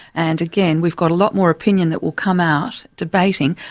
and again we've got a lot more opinion that will come out, debating.